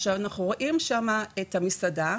אנחנו רואים שם את המסעדה.